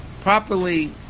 properly